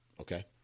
okay